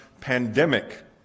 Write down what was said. pandemic